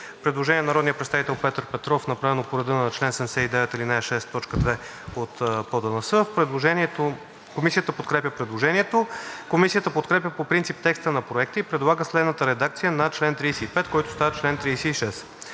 Предложение на народния представител Петър Петров, направено по реда на чл. 79, ал. 6, т. 2 от ПОДНС. Комисията подкрепя предложението. Комисията подкрепя по принцип текста на Проекта и предлага следната редакция на чл. 35, който става чл. 36: